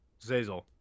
Zazel